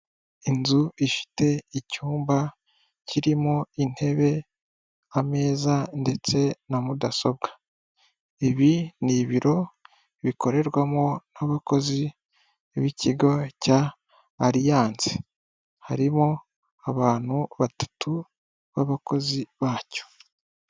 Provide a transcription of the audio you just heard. Inzu ifite icyumba kirimo intebe, ameza, ndetse na mudasobwa. Ibi ni ibiro bikorerwamo n'abakozi b'ikigo cya Alliance. Harimo abantu batatu b'abakozi bacyo.